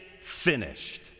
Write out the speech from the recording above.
finished